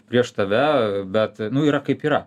prieš tave bet nu yra kaip yra